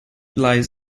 lies